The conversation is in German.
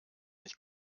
nicht